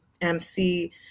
MC